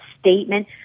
statement